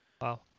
Wow